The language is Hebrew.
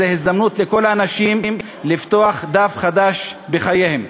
זאת הזדמנות לכל האנשים לפתוח דף חדש בחייהם.